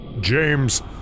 James